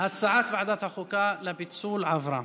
החוקה לפיצול עברה.